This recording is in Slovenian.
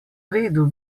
redu